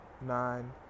nine